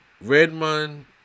Redmond